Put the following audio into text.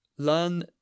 Learn